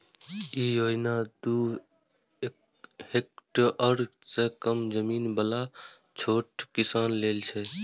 ई योजना दू हेक्टेअर सं कम जमीन बला छोट किसान लेल छै